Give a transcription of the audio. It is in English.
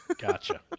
Gotcha